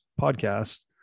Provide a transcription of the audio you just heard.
podcast